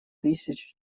тысяч